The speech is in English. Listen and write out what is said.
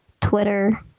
Twitter